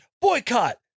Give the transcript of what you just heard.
boycott